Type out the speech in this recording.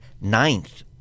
ninth